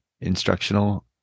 instructional